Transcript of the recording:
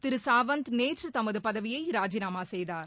திரு சாவந்த் நேற்று தமது பதவியை ராஜினாமா செய்தார்